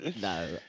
no